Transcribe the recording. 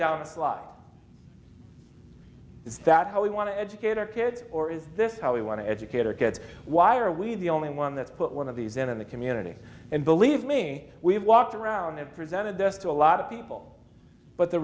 down a lot is that how we want to educate our kids or is this how we want to educate our kids why are we the only one that's put one of these in the community and believe me we've walked around and presented this to a lot of people but the